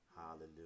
Hallelujah